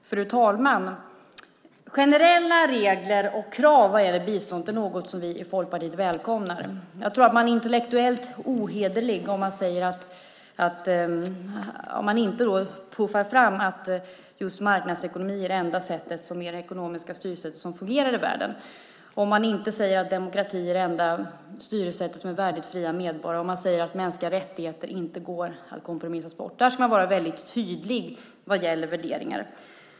Fru talman! Generella regler och krav när det gäller biståndet är något som vi i Folkpartiet välkomnar. Jag tror att man är intellektuellt ohederlig om man inte för fram att marknadsekonomi är det enda ekonomiska styrsätt som fungerar i världen, om man inte säger att demokrati är det enda styrelsesätt som är värdigt fria medborgare och om man inte säger att mänskliga rättigheter inte går att kompromissas bort. Man ska vara väldigt tydlig vad gäller värderingar.